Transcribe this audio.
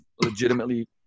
legitimately